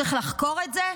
צריך לחקור את זה?